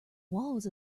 walls